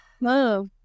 no